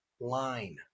line